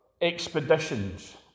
expeditions